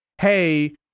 Hey